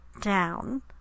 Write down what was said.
down